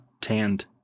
Tanned